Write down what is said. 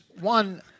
one